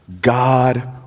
God